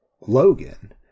Logan